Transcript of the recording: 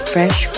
Fresh